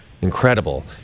Incredible